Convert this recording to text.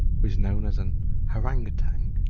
who is known as an harangue-outang.